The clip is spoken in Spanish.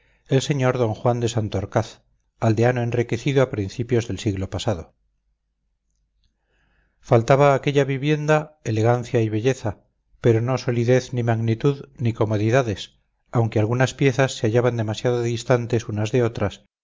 el sr d juan de santorcaz aldeano enriquecido a principios del siglo pasado faltaba a aquella vivienda elegancia y belleza pero no solidez ni magnitud ni comodidades aunque algunas piezas se hallaban demasiado distantes unas de otras